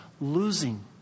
losing